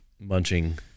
munching